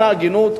למען ההגינות.